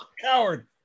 Coward